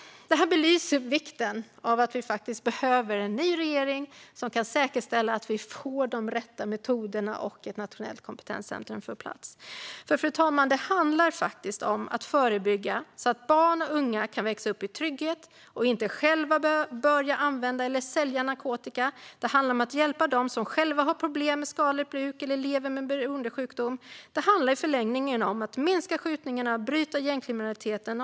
Fru talman! Det här belyser behovet av en ny regering som kan säkerställa att vi får de rätta metoderna och ett nationellt kompetenscentrum på plats. Det handlar faktiskt om att arbeta förebyggande så att barn och unga kan växa upp i trygghet och inte själva börjar använda eller sälja narkotika. Det handlar om att hjälpa dem som själva har problem med skadligt bruk eller som lever med en beroendesjukdom. Det handlar i förlängningen om att minska skjutningarna och bryta gängkriminaliteten.